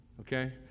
Okay